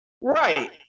Right